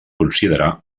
considerar